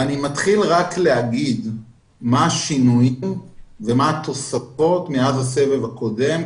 אני אתחיל רק להגיד מה השינוי והתוספות מאז הסבב הקודם,